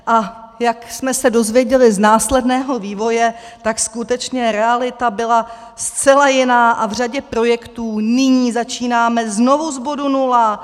A jak jsme se dozvěděli z následného vývoje, tak skutečně realita byla zcela jiná a v řadě projektů nyní začínáme znovu z bodu nula.